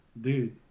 Dude